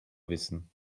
wissen